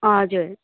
हजुर